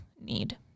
need